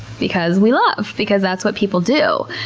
because we love. because that's what people do.